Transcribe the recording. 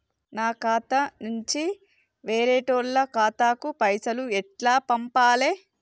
నా ఖాతా నుంచి వేరేటోళ్ల ఖాతాకు పైసలు ఎట్ల పంపాలే?